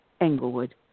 Englewood